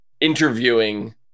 interviewing